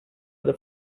the